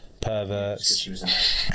perverts